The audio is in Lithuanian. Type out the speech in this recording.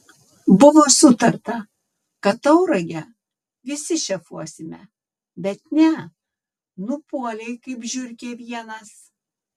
buvo sutarta kad tauragę visi šefuosime bet ne nupuolei kaip žiurkė vienas